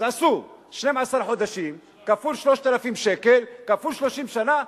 אז עשו 12 חודשים כפול 3,000 שקל כפול 30 שנה,